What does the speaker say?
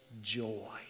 joy